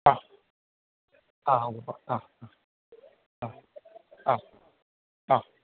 ആ ആ ഉവ്വ് ആ ആ ആ ആ ആ